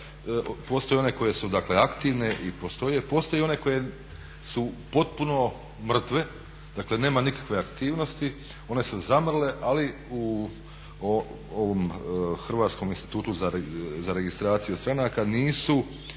postoje one koje su aktivne i postoje one koje su potpuno mrtve, dakle nema nikakve aktivnosti, one su zamrle ali u ovom Hrvatskom institutu za registraciju stranaka nisu